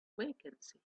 vacancy